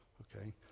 ok?